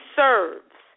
serves